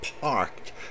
parked